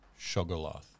Shogoloth